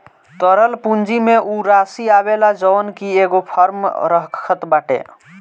तरल पूंजी में उ राशी आवेला जवन की एगो फर्म रखत बाटे